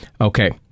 Okay